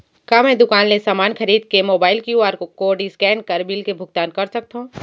का मैं दुकान ले समान खरीद के मोबाइल क्यू.आर कोड स्कैन कर बिल के भुगतान कर सकथव?